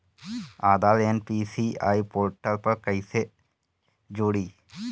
आधार NPCI portal पर कईसे जोड़ी?